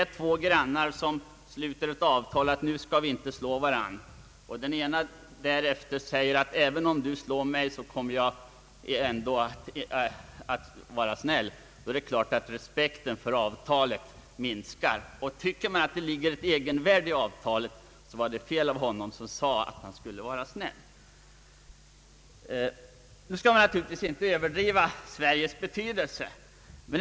Om två grannar sluter ett avtal att inte slå varandra, och den ene grannen därefter säger att han kommer att vara snäll även om han blir slagen, står det klart att respekten för avtalet minskar. Om man anser avtalet ha ett egenvärde är ett sådant här uttalande av den snälle felaktigt. Nu skall vi naturligtvis inte överdriva Sveriges betydelse i detta sammanhang.